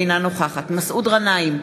אינה נוכחת מסעוד גנאים,